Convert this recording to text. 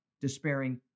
despairing